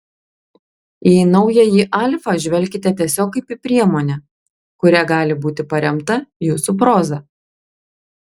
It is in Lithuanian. į naująjį alfa žvelkite tiesiog kaip į priemonę kuria gali būti paremta jūsų proza